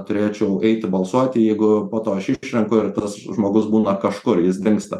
turėčiau eiti balsuoti jeigu po to aš išrenku ir tas žmogus būna kažkur jis dingsta